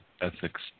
ethics